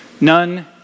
none